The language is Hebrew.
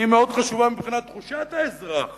היא מאוד חשובה מבחינת תחושת האזרח